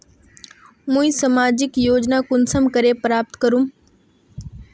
मुई सामाजिक योजना कुंसम करे प्राप्त करूम?